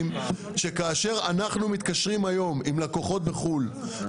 מבקשים שכאשר אנחנו מתקשרים היום עם לקוחות בחוץ לארץ,